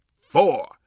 four